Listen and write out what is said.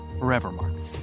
Forevermark